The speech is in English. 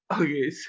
Okay